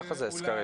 ככה זה בסקרים.